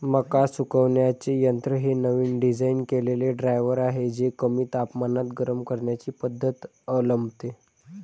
मका सुकवण्याचे यंत्र हे नवीन डिझाइन केलेले ड्रायर आहे जे कमी तापमानात गरम करण्याची पद्धत अवलंबते